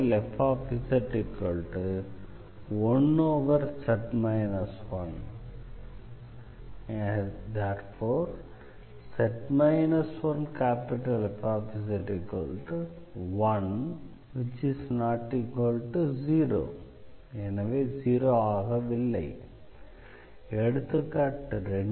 Fz1z 1 ∴z 1Fz 1≠0 எடுத்துக்காட்டு 2